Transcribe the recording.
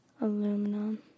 Aluminum